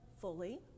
fully